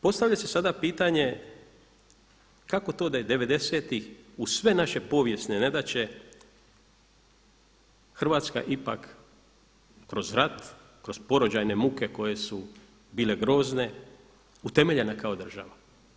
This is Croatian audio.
Postavlja se sada pitanje kako to da je 90.-tih uz sve naše povijesne nedaće Hrvatska ipak kroz rat, kroz porođajne muke koje su bile grozne, utemeljena kao država.